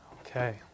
Okay